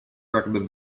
recommend